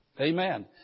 Amen